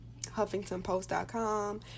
HuffingtonPost.com